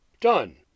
Done